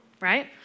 right